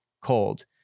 cold